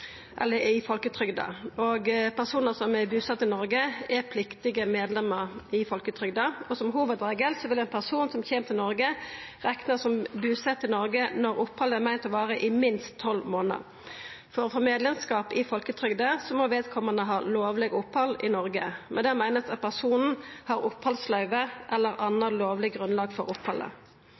i folketrygda. Personar som er busette i Noreg, er pliktige medlemer i folketrygda, og som hovudregel vil ein person som kjem til Noreg, verta rekna som busett i Noreg når opphaldet er meint til å vara i minst 12 månader. For å få medlemskap i folketrygda må vedkomande ha lovleg opphald i Noreg. Med det vert det meint at personen har opphaldsløyve eller anna lovleg grunnlag for opphaldet.